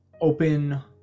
open